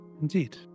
Indeed